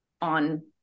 on